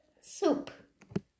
soup